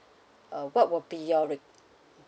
uh what will be your re~